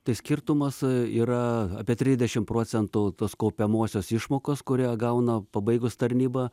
tai skirtumas yra apie trisdešimt procentų tos kaupiamosios išmokos kurią gauna pabaigus tarnybą